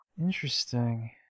Interesting